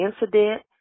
incident